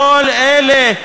כל אלה,